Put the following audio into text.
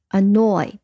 annoy